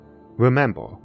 Remember